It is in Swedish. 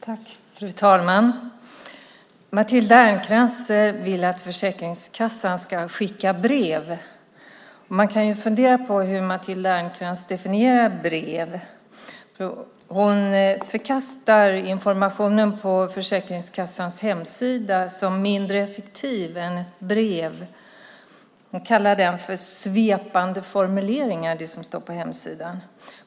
Fru talman! Matilda Ernkrans vill att Försäkringskassan ska skicka brev. Man kan fundera på hur Matilda Ernkrans definierar ett brev. Hon förkastar informationen på Försäkringskassans hemsida som mindre effektiv än ett brev. Hon kallar det som står på hemsidan för svepande formuleringar.